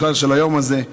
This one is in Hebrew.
בכלל של היום הזה.